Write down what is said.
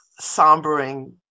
sombering